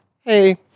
Hey